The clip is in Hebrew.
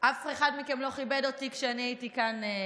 אף אחד מכם לא כיבד אותי כשאני הייתי כאן,